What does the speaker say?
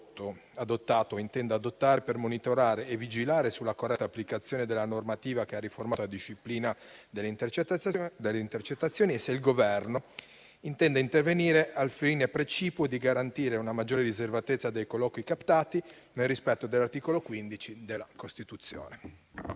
abbia adottato o intenda adottare per monitorare e vigilare sulla corretta applicazione della normativa che ha riformato la disciplina delle intercettazioni e se il Governo intende intervenire al fine precipuo di garantire una maggiore riservatezza dei colloqui captati nel rispetto dell'articolo 15 della Costituzione.